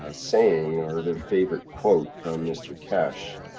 saying, or their favorite quote from mr keshe.